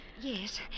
yes